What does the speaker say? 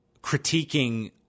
critiquing